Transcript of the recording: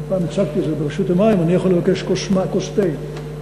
פעם הצגתי את זה ברשות המים: אני יכול לבקש כוס תה,